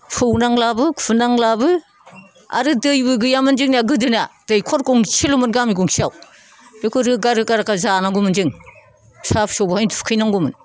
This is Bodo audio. सौनांलाबो खुरनांलाबो आरो दैबो गैयामोन जोंनिया गोदोना दैखर गंसेल'मोन गामि गंसेयाव बेखौ रोगा रोगा जानांगौमोन जों फिसा फिसौखौहाय थुखैनांगौमोन